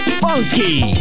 funky